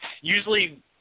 usually